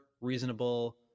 reasonable